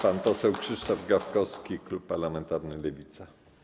Pan poseł Krzysztof Gawkowski, klub parlamentarny Lewica.